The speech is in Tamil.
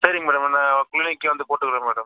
சரிங்க மேடம் நான் க்ளினிக்கே வந்து போட்டுக்கிறேன் மேடம்